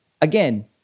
again